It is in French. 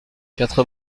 quatre